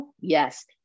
yes